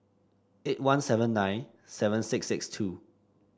eight one seven nine seven six six two